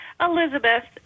Elizabeth